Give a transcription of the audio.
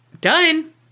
done